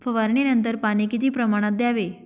फवारणीनंतर पाणी किती प्रमाणात द्यावे?